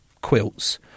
quilts